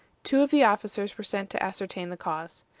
two of the officers were sent to ascertain the cause.